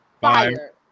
fire